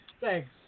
Thanks